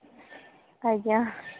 ଆଜ୍ଞା